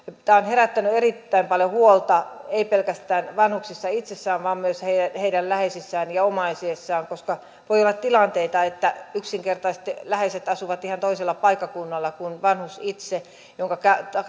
tämä on herättänyt erittäin paljon huolta ei pelkästään vanhuksissa itsessään vaan myös heidän heidän läheisissään ja omaisissaan koska voi olla tilanteita että yksinkertaisesti läheiset asuvat ihan toisella paikkakunnalla kuin vanhus itse minkä